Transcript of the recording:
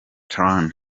tran